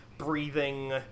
breathing